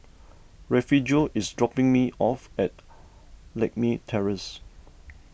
Refugio is dropping me off at Lakme Terrace